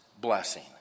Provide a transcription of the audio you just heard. blessing